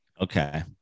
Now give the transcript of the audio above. Okay